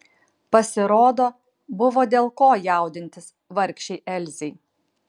pasirodo buvo dėl ko jaudintis vargšei elzei